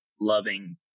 loving